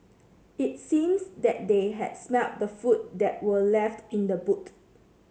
it seems that they had smelt the food that were left in the boot